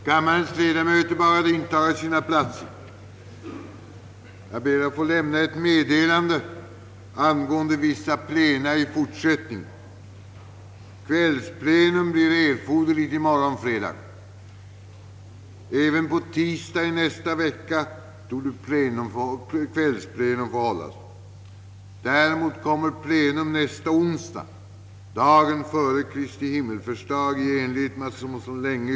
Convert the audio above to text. Jag ber att få lämna ett meddelande angående vissa plena i fortsättningen. Kvällsplenum blir erforderligt i morgon fredag. Även på tisdag i nästa vecka torde kvällsplenum få hållas. Däremot kommer plenum nästa onsdag, dagen före Kristi himmelsfärdsdag, att avslutas omkring kl.